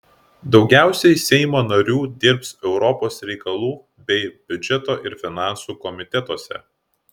daugiausiai seimo narių dirbs europos reikalų bei biudžeto ir finansų komitetuose